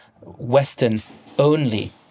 Western-only